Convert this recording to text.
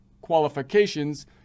qualifications